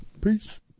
Peace